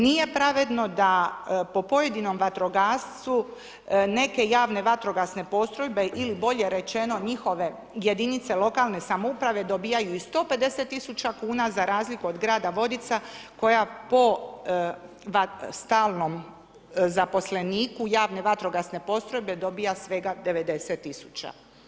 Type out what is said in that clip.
Nije pravedno da po pojedinom vatrogascu neke javne vatrogasne postrojbe ili bolje rečeno njihove jedinice lokalne samouprave dobivaju i 150 tisuća kuna za razliku od grada Vodica koja po stalnom zaposleniku javne vatrogasne postrojbe dobiva svega 90 tisuća.